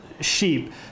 sheep